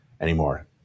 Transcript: anymore